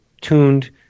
tuned